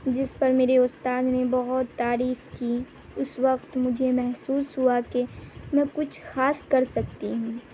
جس پر میرے استاد نے بہت تعریف کی اس وقت مجھے محسوس ہوا کہ میں کچھ خاص کر سکتی ہوں